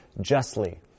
justly